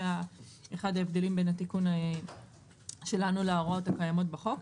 זהו אחד ההבדלים בין התיקון שלנו להוראות הקיימות בחוק.